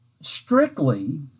strictly